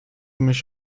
mich